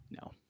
No